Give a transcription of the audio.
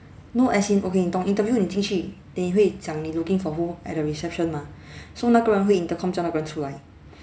no as in okay 你懂 interview 你进去 then 你会讲你 looking for who at the reception mah so 那个人会 intercom 叫那个人出来